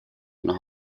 nos